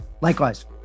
Likewise